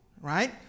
right